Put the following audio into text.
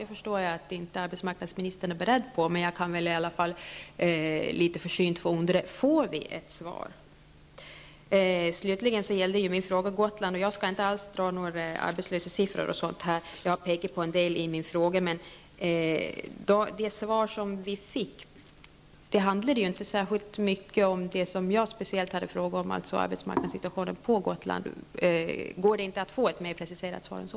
Det förstår jag att arbetsmarknadsministern inte är beredd på. Men jag undrar litet försynt: Får vi ett svar? Jag vill slutligen säga att min fråga gällde Gotland. Jag skall här inte dra några arbetslöshetssiffror eller annat här. Jag har pekat på en del i min fråga. Men det svar som vi fick handlade inte speciellt mycket om det jag särskilt hade frågat om, dvs. arbetsmarknadssituationen på Gotland. Går det inte att få ett mer preciserat svar än så?